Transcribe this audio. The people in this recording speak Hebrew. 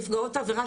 נפגעות עבירה,